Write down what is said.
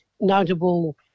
notable